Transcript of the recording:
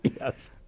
Yes